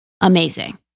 amazing